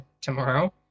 tomorrow